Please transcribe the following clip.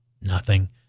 Nothing